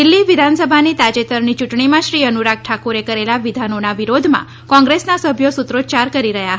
દિલ્હી વિધાનસભાની તાજેતરની ચૂંટણીમાં શ્રી અનુરાગ ઠાકુરે કરેલા વિધાનોના વિરોધમાં કોંગ્રેસના સભ્યો સુત્રોચ્યાર કરી રહ્યા હતા